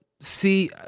see